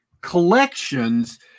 collections